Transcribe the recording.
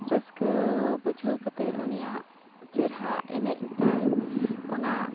ᱨᱟᱹᱥᱠᱟᱹ ᱵᱩᱡᱷᱟᱹᱣ ᱠᱟᱛᱮ ᱩᱱᱤᱭᱟᱜ ᱪᱮᱨᱦᱟ ᱮᱱᱮᱡ ᱮᱫᱟᱭ ᱚᱱᱟ